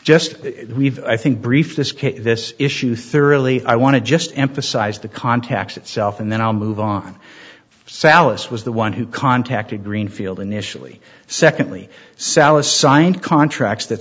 we've i think brief this case this issue thoroughly i want to just emphasize the contacts itself and then i'll move on sallis was the one who contacted greenfield initially secondly sallust signed contracts that